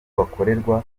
bakorerwa